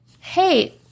hey